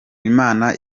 imana